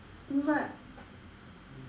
but